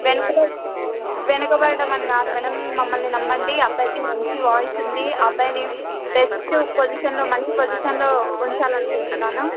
వెనుకబడ వెనుకబడడం అని కాదు మేడం మమల్ని నమ్మండి అబ్బాయికి వాయిస్ ఉంది అబ్బాయిని బెస్ట్ పోసిషన్లో మంచి పోసిషన్లో ఉంచాలనుకుంటున్నాను